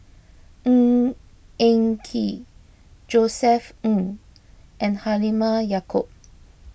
Ng Eng Kee Josef Ng and Halimah Yacob